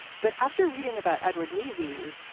but after reading about edward leavy,